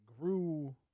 grew